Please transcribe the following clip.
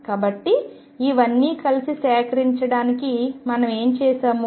కాబట్టి ఇవన్నీ కలిసి సేకరించడానికి మనం ఏమి చేసాము